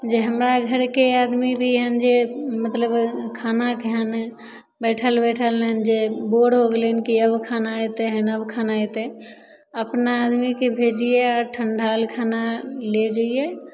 जे हमरा घरके आदमी भी हँ जे मतलब खाना खाइले बैठल बैठल जे बोर हो गेलै हँ कि आब खाना अएतै हँ अब खाना अएतै अपना आदमीके भेजिए आओर ठण्डाएल खाना ले जाइए